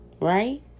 right